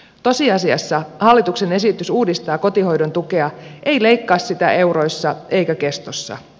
tosiasiassa hallituksen esitys uudistaa kotihoidon tukea ei leikkaa sitä euroissa eikä kestossa